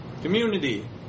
Community